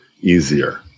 easier